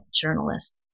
journalist